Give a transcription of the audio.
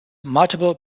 multiple